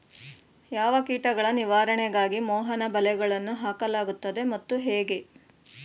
ಯಾವ ಕೀಟಗಳ ನಿವಾರಣೆಗಾಗಿ ಮೋಹನ ಬಲೆಗಳನ್ನು ಹಾಕಲಾಗುತ್ತದೆ ಮತ್ತು ಹೇಗೆ?